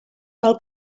pel